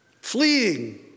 Fleeing